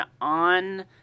on